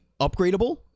upgradable